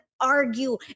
Argue